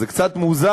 אז זה קצת מוזר.